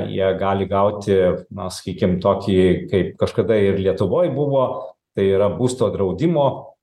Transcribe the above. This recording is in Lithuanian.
jie gali gauti na sakykim tokį kaip kažkada ir lietuvoj buvo tai yra būsto draudimo